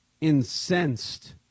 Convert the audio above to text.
incensed